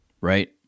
right